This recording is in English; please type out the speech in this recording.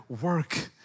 work